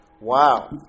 Wow